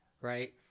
right